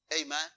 Amen